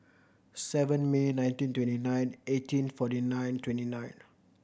seven May nineteen twenty nine eighteen forty nine twenty nine